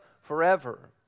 forever